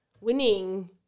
winning